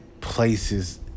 places